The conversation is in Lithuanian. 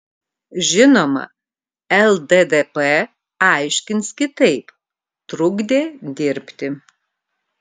žinoma lddp aiškins kitaip trukdė dirbti